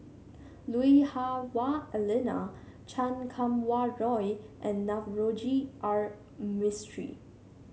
Lui Hah Wah Elena Chan Kum Wah Roy and Navroji R Mistri